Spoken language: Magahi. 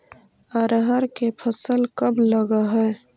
अरहर के फसल कब लग है?